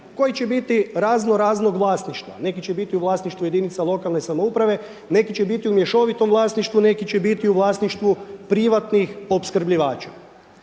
koji će biti raznoraznog vlasništva. Neki će bit u vlasništvu jedinica lokalne samouprave, neki će biti u mješovitom vlasništvu, neki će biti u vlasništvu privatnih opskrbljivača.